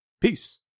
Peace